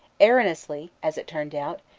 erroneously as it turned out,